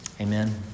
Amen